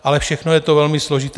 Ale všechno je to velmi složité.